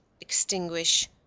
extinguish